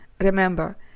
Remember